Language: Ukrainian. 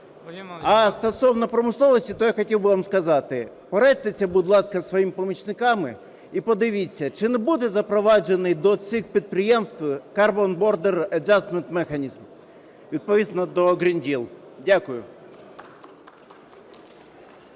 А стосовно промисловості, то я хотів би вам сказати, порадьтесь, будь ласка, із своїми помічниками і подивіться, чи не буде запроваджений до цих підприємств Carbon border adjustment mechanism відповідно до Green Deal. Дякую.